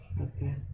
Okay